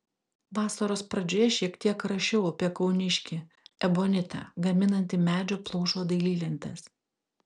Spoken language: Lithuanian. vasaros pradžioje šiek tiek rašiau apie kauniškį ebonitą gaminantį medžio plaušo dailylentes